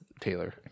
Taylor